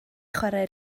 chwarae